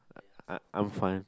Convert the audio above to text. uh I'm fine